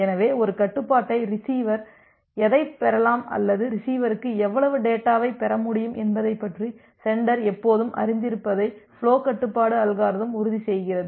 எனவே ஒரு கட்டுப்பாட்டை ரிசிவர் எதைப் பெறலாம் அல்லது ரிசிவருக்கு எவ்வளவு டேட்டாவைப் பெற முடியும் என்பதைப் பற்றி சென்டர் எப்போதும் அறிந்திருப்பதை ஃபுலோ கட்டுப்பாட்டு அல்காரிதம் உறுதி செய்கிறது